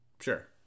sure